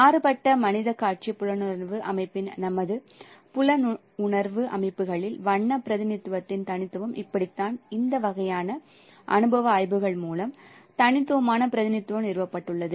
மாறுபட்ட மனித காட்சி புலனுணர்வு அமைப்பின் நமது புலனுணர்வு அமைப்புகளில் வண்ண பிரதிநிதித்துவத்தின் தனித்துவம் இப்படித்தான் இந்த வகையான அனுபவ ஆய்வுகள் மூலம் தனித்துவமான பிரதிநிதித்துவம் நிறுவப்பட்டுள்ளது